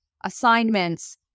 assignments